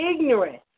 ignorant